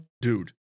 dude